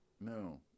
No